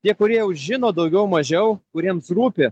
tie kurie žino daugiau mažiau kuriems rūpi